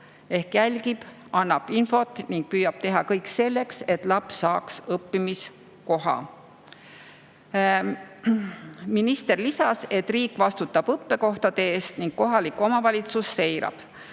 ehk jälgib, annab infot ning püüab teha kõik selleks, et laps saaks õppimiskoha. Minister rõhutas, et riik vastutab õppekohtade eest ning kohalik omavalitsus seirab.